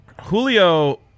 julio